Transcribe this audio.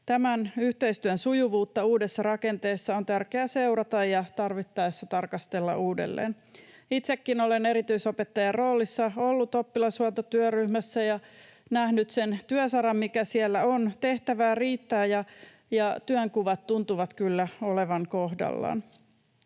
Tämän yhteistyön sujuvuutta uudessa rakenteessa on tärkeää seurata ja tarvittaessa tarkastella uudelleen. Itsekin olen erityisopettajan roolissa ollut oppilashuoltotyöryhmässä ja nähnyt sen työsaran, mikä siellä on. Tehtävää riittää, ja työnkuvat tuntuvat kyllä olevan kohdallaan.